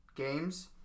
games